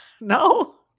No